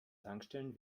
tankstellen